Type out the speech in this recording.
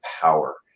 power